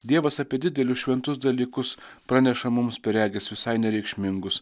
dievas apie didelius šventus dalykus praneša mums per regis visai nereikšmingus